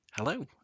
Hello